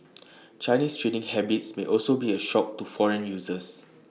Chinese trading habits may also be A shock to foreign users